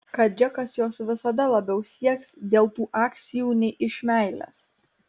kad džekas jos visada labiau sieks dėl tų akcijų nei iš meilės